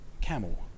camel